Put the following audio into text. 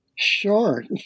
Sure